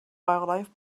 wildlife